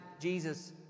Jesus